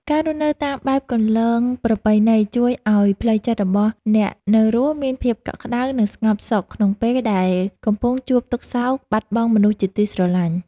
ការរស់នៅតាមបែបគន្លងប្រពៃណីជួយឱ្យផ្លូវចិត្តរបស់អ្នកនៅរស់មានភាពកក់ក្តៅ និងស្ងប់សុខក្នុងពេលដែលកំពុងជួបទុក្ខសោកបាត់បង់មនុស្សជាទីស្រឡាញ់។